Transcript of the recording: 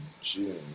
June